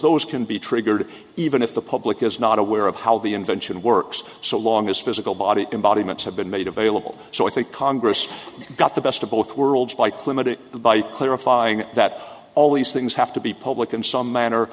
those can be triggered even if the public is not aware of how the invention works so long as physical body embodiments have been made available so i think congress got the best of both worlds like limited by clarifying that all these things have to be public in some manner